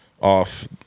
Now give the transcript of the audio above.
off